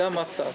זה המצב.